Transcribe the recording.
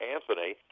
Anthony